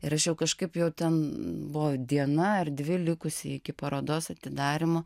ir aš jau kažkaip jau ten buvo diena ar dvi likusi iki parodos atidarymo